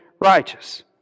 righteous